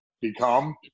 become